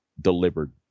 delivered